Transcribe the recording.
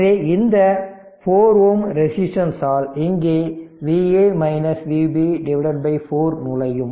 எனவே இந்த 4Ω ரெசிஸ்டன்ஸ் ஆல் இங்கே Va Vb 4 நுழையும்